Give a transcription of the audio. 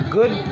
Good